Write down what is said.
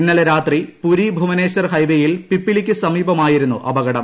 ഇന്നലെ രാത്രി പുരി ഭൂവനേശ്വർ ഹൈവേയിൽ പിപ്പിലിക്ക് സമീപമായിരുന്നു അപകടം